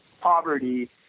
poverty